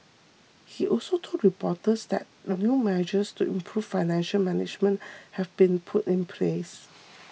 he also told reporters that new measures to improve financial management have been put in place